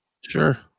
Sure